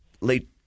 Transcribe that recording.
late